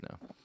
No